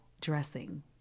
dressing